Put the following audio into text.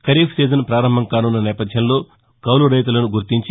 kharif season పారంభంకాసున్న నేపథ్యంలో కౌలు రైతులను గుర్తించి